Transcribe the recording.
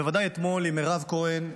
בוודאי אתמול עם מירב כהן,